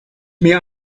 mir